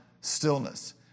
stillness